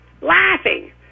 Laughing